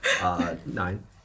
Nine